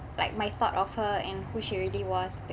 like my thought of her and who she really was